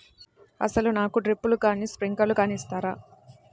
అసలు నాకు డ్రిప్లు కానీ స్ప్రింక్లర్ కానీ ఇస్తారా?